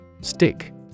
Stick